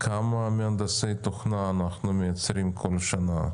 כמה מהנדסי תוכנה אנחנו מייצרים כל שנה?